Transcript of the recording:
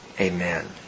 Amen